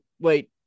wait